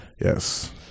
Yes